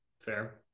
Fair